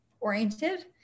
oriented